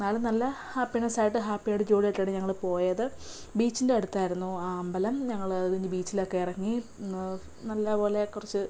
എന്നാലും നല്ല ഹാപ്പിനസ്സായിട്ട് ഹാപ്പിയായിട്ട് ജോളിയായിട്ടാണ് ഞങ്ങൾ പോയത് ബീച്ചിൻ്റെ അടുത്തായിരുന്നു ആ അമ്പലം ഞങ്ങൾ ബീച്ചിലൊക്കെ ഇറങ്ങി നല്ല പോലെ കുറച്ച്